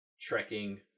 trekking